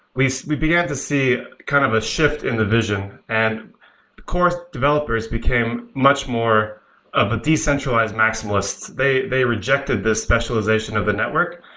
we we began to see kind of a shift in the vision and the core developers became much more of a decentralized maximalist. they they rejected the specialization of the network.